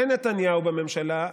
אין נתניהו בממשלה,